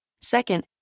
Second